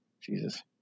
Jesus